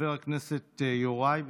חבר הכנסת יוראי להב הרצנו,